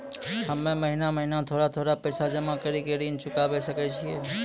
हम्मे महीना महीना थोड़ा थोड़ा पैसा जमा कड़ी के ऋण चुकाबै सकय छियै?